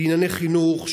לענייני חינוך,